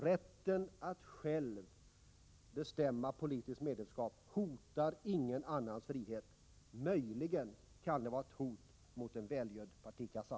Rätten att själv bestämma politiskt medborgarskap hotar ingen annans frihet — möjligen kan den innebära ett hot mot en välgödd partikassa!